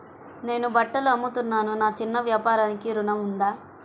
నేను బట్టలు అమ్ముతున్నాను, నా చిన్న వ్యాపారానికి ఋణం ఉందా?